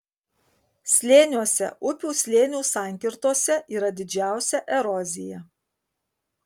slėniuose upių slėnių sankirtose yra didžiausia erozija